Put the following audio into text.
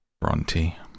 Bronte